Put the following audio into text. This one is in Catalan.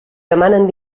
demanen